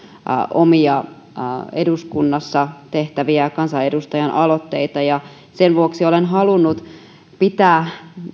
omia eduskunnassa tehtäviä kansanedustajan aloitteita sen vuoksi olen halunnut pitää